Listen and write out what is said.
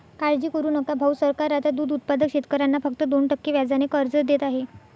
काळजी करू नका भाऊ, सरकार आता दूध उत्पादक शेतकऱ्यांना फक्त दोन टक्के व्याजाने कर्ज देत आहे